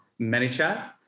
ManyChat